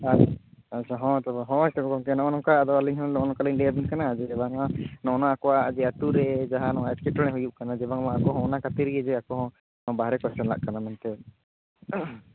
ᱦᱮᱸ ᱟᱪᱪᱷᱟ ᱦᱚᱸ ᱛᱚᱵᱮ ᱦᱳᱭ ᱛᱚᱵᱮ ᱜᱚᱢᱠᱮ ᱱᱚᱜᱼᱚᱭ ᱱᱚᱝᱠᱟ ᱟᱫᱚ ᱟᱹᱞᱤᱧ ᱦᱚᱸ ᱱᱚᱜᱼᱚᱭ ᱱᱚᱝᱠᱟᱞᱤᱧ ᱞᱟᱹᱭᱟᱵᱤᱱ ᱠᱟᱱᱟ ᱡᱮ ᱵᱟᱝ ᱢᱟ ᱱᱚᱜᱼᱚᱭ ᱱᱚᱣᱟ ᱟᱠᱚᱣᱟᱜ ᱡᱮ ᱟᱹᱛᱩ ᱨᱮ ᱡᱟᱦᱟᱸ ᱱᱚᱣᱟ ᱮᱴᱠᱮᱴᱚᱲᱟ ᱦᱩᱭᱩᱜ ᱠᱟᱱᱟ ᱵᱟᱝᱢᱟ ᱟᱠᱚ ᱦᱚᱸ ᱚᱱᱟ ᱠᱷᱟᱹᱛᱤᱨ ᱜᱮ ᱡᱮ ᱟᱠᱚ ᱦᱚᱸ ᱵᱟᱨᱦᱮ ᱠᱚ ᱪᱟᱞᱟᱜ ᱠᱟᱱᱟ ᱢᱮᱱᱛᱮ